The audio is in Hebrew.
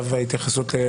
התייחסויות.